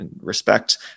respect